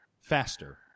faster